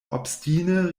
obstine